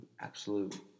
absolute